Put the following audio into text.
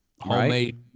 homemade